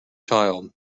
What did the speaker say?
child